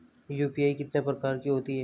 UPI कितने प्रकार की होती हैं?